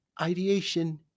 ideation